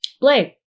Blade